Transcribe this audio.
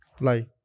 Lie